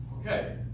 Okay